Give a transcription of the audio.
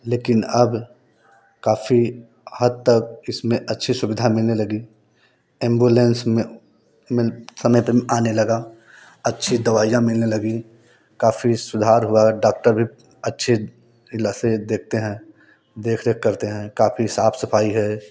लेकिन अब काफ़ी हद तक इसमें अच्छी सुविधा मिलने लगी एम्बुलेंस समय पे आने लगा अच्छी दवाईयां मिलने लगी काफ़ी सुधार हुआ डॉक्टर भी अच्छे इलाज से देखते हैं देख रेख करते हैं काफ़ी साफ सफाई है